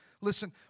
Listen